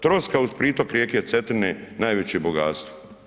Troska uz pritok rijeke Cetine najveće bogatstvo.